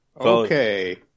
Okay